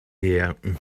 here